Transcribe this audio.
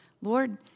Lord